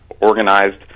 organized